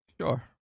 Sure